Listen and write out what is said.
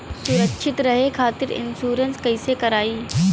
सुरक्षित रहे खातीर इन्शुरन्स कईसे करायी?